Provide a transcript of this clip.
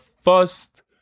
First